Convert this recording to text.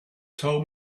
told